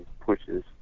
pushes